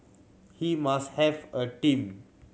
he must have a team